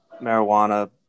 marijuana